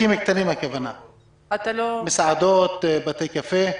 כמו מסעדות, בתי קפה.